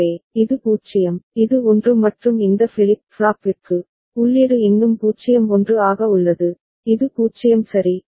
எனவே இது 0 இது 1 மற்றும் இந்த ஃபிளிப் ஃப்ளாப்பிற்கு உள்ளீடு இன்னும் 0 1 ஆக உள்ளது இது 0 சரி